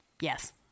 Yes